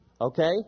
Okay